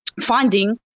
funding